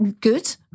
good